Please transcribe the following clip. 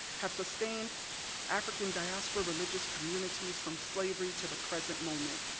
have sustained african diaspora religious communities from slavery to the present moment.